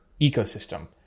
ecosystem